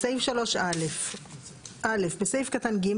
(3) בסעיף 3א - בסעיף קטן (ג),